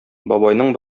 бабайның